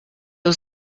was